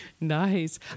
Nice